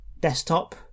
desktop